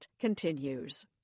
continues